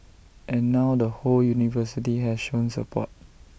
and now the whole university has shown support